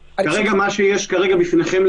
איך נעשית כל ההגשה של הבקשות?